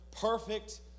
perfect